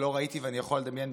שלא ראיתי ואני יכול לדמיין,